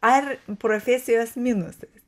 ar profesijos minusas